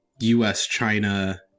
US-China